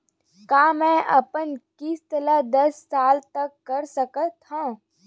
का मैं अपन किस्त ला दस साल तक कर सकत हव?